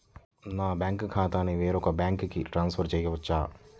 నా బ్యాంక్ ఖాతాని వేరొక బ్యాంక్కి ట్రాన్స్ఫర్ చేయొచ్చా?